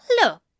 look